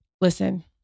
Listen